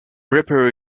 reaper